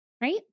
right